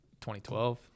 2012